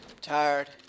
Tired